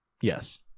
Yes